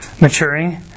maturing